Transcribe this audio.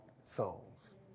souls